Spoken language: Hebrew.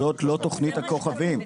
זאת לא תוכנית הכוכבים.